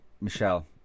Michelle